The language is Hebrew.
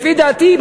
לפי דעתי,